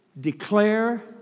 declare